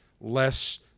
less